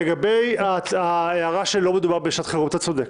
לגבי ההערה שלא מדובר בשעת חירום אתה צודק.